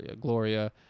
Gloria